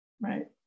Right